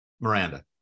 Miranda